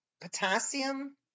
potassium